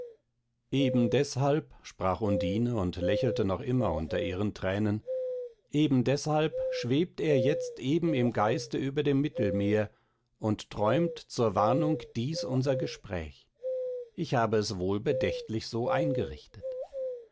eben deshalb sprach undine und lächelte noch immer unter ihren tränen eben deshalb schwebt er jetzt eben im geiste über dem mittelmeer und träumt zur warnung dies unser gespräch ich hab es wohlbedächtlich so eingerichtet